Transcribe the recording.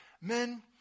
men